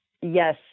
Yes